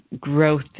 growth